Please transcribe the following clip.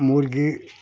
মুরগি